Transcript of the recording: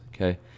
okay